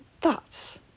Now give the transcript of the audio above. thoughts